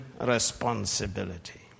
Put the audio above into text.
responsibility